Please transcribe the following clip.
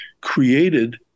created